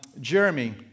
Jeremy